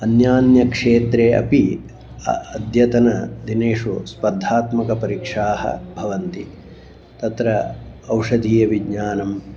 अन्यान्यक्षेत्रे अपि अद्यतनदिनेषु स्पर्धात्मकपरीक्षाः भवन्ति तत्र औषधीयविज्ञानं